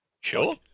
sure